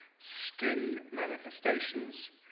skin manifestations,